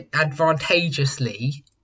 advantageously